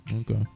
Okay